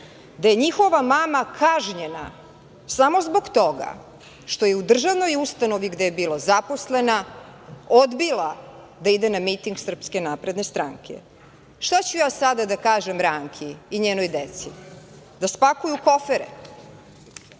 da je njihova mama kažnjena samo zbog toga što je u državnoj ustanovi gde je bila zaposlena odbila da ide na miting SNS? Šta ću ja sada da kažem Ranki i njenoj deci? Da spakuju kofere? Kako